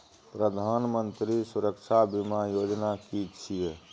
प्रधानमंत्री सुरक्षा बीमा योजना कि छिए?